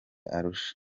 arusha